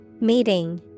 Meeting